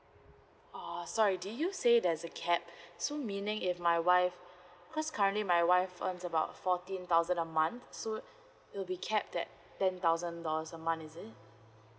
uh sorry did you say there's a cap so meaning if my wife cause currently my wife earns about fourteen thousand a month so it'll b cap that ten thousand dollars a month is it